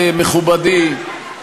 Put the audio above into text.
מכובדי,